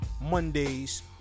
Mondays